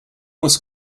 was